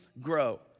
grow